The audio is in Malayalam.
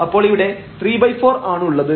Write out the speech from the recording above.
അപ്പോൾ ഇവിടെ ¾ ആണുള്ളത്